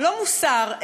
לא מוסר,